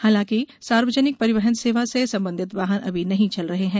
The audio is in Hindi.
हांलांकि सार्वजनिक परिवहन सेवा से संबंधित वाहन अभी नहीं चल रहे हैं